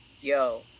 Yo